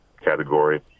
category